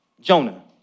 Jonah